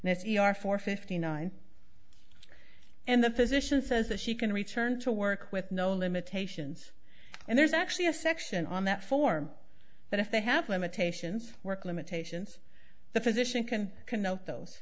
and if you are four fifty nine and the physician says that she can return to work with no limitations and there's actually a section on that form but if they have limitations work limitations the physician can connote those